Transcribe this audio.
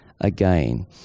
again